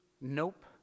nope